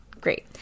Great